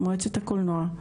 מועצת הקולנוע,